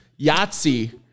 Yahtzee